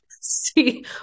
See